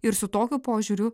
ir su tokiu požiūriu